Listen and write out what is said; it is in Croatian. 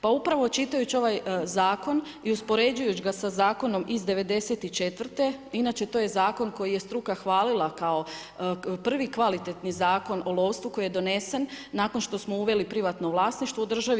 Pa upravo čitajući ovaj Zakon i uspoređujući ga sa Zakonom iz 1994., inače to je Zakon koji je struka hvalila kao prvi kvalitetni Zakon o lovstvu, koji je donesen nakon što smo uveli privatno vlasništvo u državi.